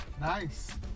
Nice